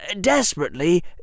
desperately